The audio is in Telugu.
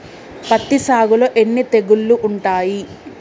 పత్తి సాగులో ఎన్ని తెగుళ్లు ఉంటాయి?